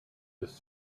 his